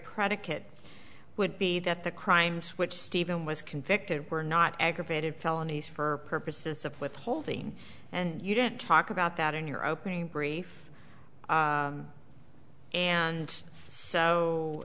predicate would be that the crimes which stephen was convicted were not aggravated felonies for purposes of withholding and you didn't talk about that in your opening brief and so